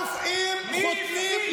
100 רופאים חותמים,